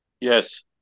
Yes